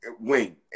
wing